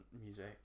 music